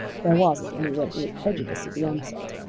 there was at any rate no prejudice at the onset.